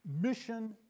Mission